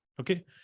Okay